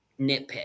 nitpick